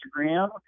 Instagram